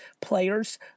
players